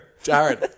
Jared